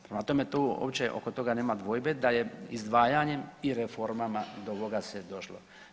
Prema tome, tu uopće oko toga nema dvojbe da je izdvajanjem i reformama do ovoga se došlo.